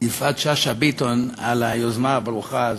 יפעת שאשא ביטון על היוזמה הברוכה הזאת.